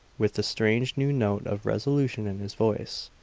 with the strange new note of resolution in his voice,